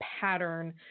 pattern